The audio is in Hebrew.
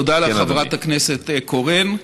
תודה לך, חברת הכנסת קורן.